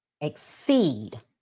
exceed